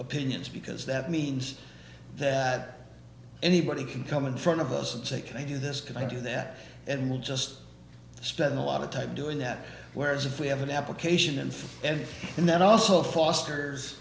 opinions because that means that anybody can come in front of us and say can i do this can i do that and we'll just spend a lot of time doing that whereas if we have an application in for and and then also fosters